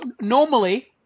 normally